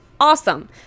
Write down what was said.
Awesome